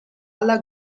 alla